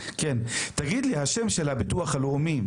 לשם של הביטוח הלאומי,